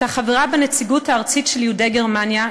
הייתה חברה בנציגות הארצית של יהודי גרמניה,